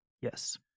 yes